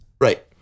Right